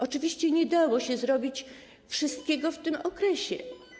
Oczywiście nie dało się zrobić wszystkiego w tym okresie.